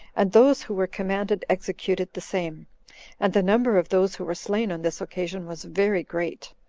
and those who were commanded executed the same and the number of those who were slain on this occasion was very great.